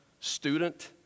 student